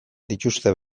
dituzte